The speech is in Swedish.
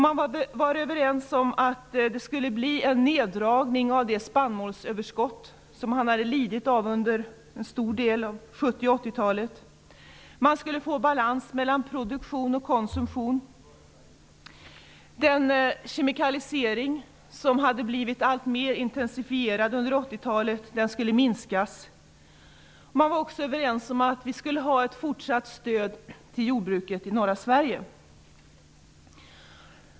Man var överens om en neddragning av det spannmålsöverskott, som vi hade lidit av under stora delar av 70 och 80-talet. Man skulle få balans mellan produktion och konsumtion. Den kemikalisering som hade blivit alltmer intensifierad under 80-talet skulle minskas. Man var också överens om ett fortsatt stöd till jordbruket i norra Sverige.